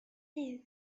his